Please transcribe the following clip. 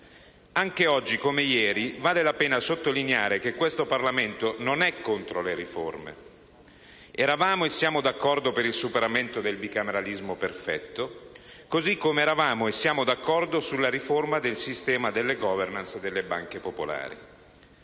Anche oggi, come ieri, vale la pena sottolineare che questo Parlamento non è contro le riforme: eravamo e siamo d'accordo sul superamento del bicameralismo perfetto, così come eravamo e siamo d'accordo sulla riforma del sistema della *governance* delle banche popolari.